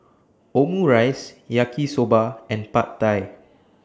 Omurice Yaki Soba and Pad Thai